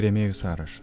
rėmėjų sąrašą